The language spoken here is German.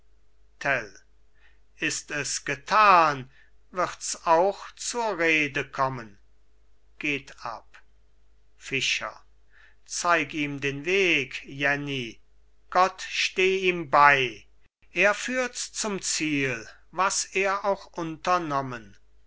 ist es getan wird's auch zur rede kommen geht ab fischer zeig ihm den weg jenni gott steh ihm bei er führt's zum ziel was er auch unternommen